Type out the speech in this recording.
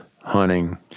hunting